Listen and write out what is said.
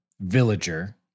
villager